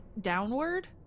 downward